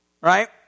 Right